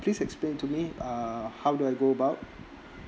please explain to me uh how do I go about